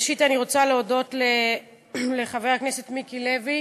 ראשית, אני רוצה להודות לחבר הכנסת מיקי לוי